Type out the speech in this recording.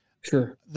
Sure